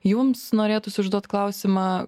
jums norėtųsi užduot klausimą